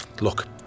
Look